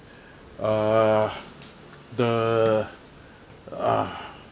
uh the uh